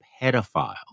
pedophile